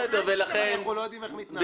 אנחנו לא יודעים איך להתנהג?